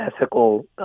Ethical